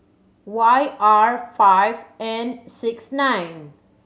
Y R five N six nine